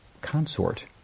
consort